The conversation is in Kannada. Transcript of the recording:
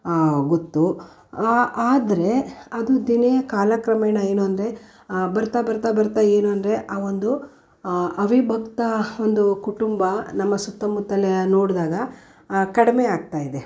ಗೊತ್ತು ಆದರೆ ಅದು ದಿನೇ ಕಾಲಕ್ರಮೇಣ ಏನೆಂದರೆ ಬರ್ತಾ ಬರ್ತಾ ಬರ್ತಾ ಏನೆಂದರೆ ಆ ಒಂದು ಅವಿಭಕ್ತ ಒಂದು ಕುಟುಂಬ ನಮ್ಮ ಸುತ್ತಮುತ್ತಲೇ ನೋಡಿದಾಗ ಕಡಿಮೆ ಆಗ್ತಾಯಿದೆ